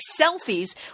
selfies